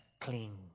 clean